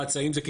האם זה רבש"ץ,